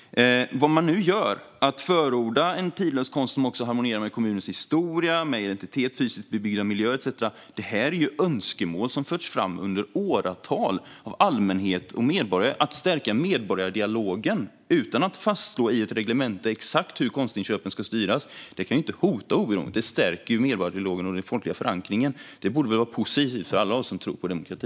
Nu förordas en tidlös konst som harmonierar med kommunens historia, identitet, fysiskt bebyggda miljö etcetera. Det är önskemål som har förts fram under åratal av allmänhet och medborgare. Att stärka medborgardialogen utan att fastslå i ett reglemente exakt hur konstinköpen ska styras kan inte hota oberoendet. Det stärker medborgardialogen och den folkliga förankringen, och det borde vara positivt för alla oss som tror på demokrati.